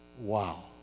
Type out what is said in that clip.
wow